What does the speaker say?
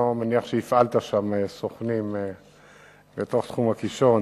אני מניח שלא הפעלת שם סוכנים בתוך תחום הקישון.